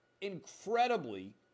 incredibly